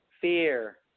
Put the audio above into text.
fear